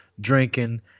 drinking